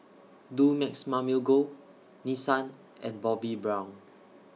Dumex Mamil Gold Nissan and Bobbi Brown